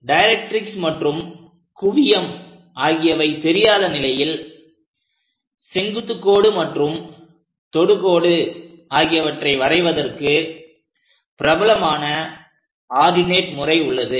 directrix மற்றும் குவியம் ஆகியவை தெரியாத நிலையில் செங்குத்து கோடு மற்றும் தொடுகோடு ஆகியவற்றை வரைவதற்கு பிரபலமான ஆர்டினேட் முறை உள்ளது